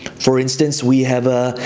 for instance, we have a,